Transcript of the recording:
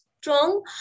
strong